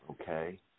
Okay